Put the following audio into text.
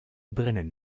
brennen